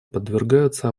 подвергаются